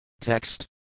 Text